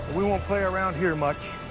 we won't play around here much.